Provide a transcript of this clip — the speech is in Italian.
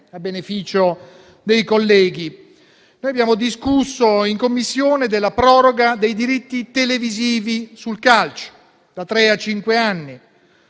a beneficio dei colleghi. Abbiamo discusso in Commissione della proroga dei diritti televisivi sul calcio da tre a